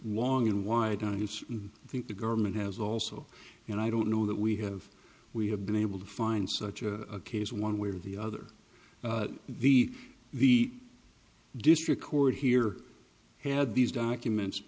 huang and why don't you think the government has also and i don't know that we have we have been able to find such a case one way or the other the the district court here had these documents